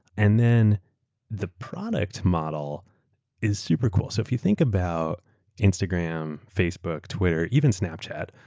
and then the product model is super cool. so if you think about instagram, facebook, twitter, even snapchat,